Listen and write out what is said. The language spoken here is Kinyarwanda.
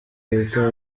rita